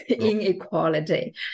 inequality